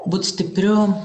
būt stipriu